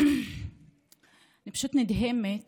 אני פשוט נדהמת